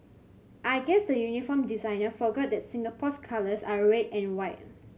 I guess the uniform designer forgot that Singapore's colours are red and white